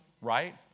right